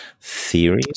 theories